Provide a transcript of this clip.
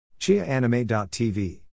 ChiaAnime.tv